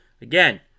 Again